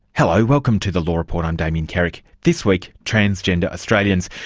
hello, welcome to the law report, i'm damien carrick. this week, transgender australians.